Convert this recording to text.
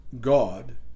God